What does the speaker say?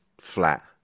flat